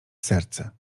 serce